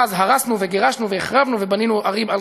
אז הרסנו וגירשנו והחרבנו ובנינו ערים על